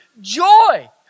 joy